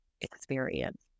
experience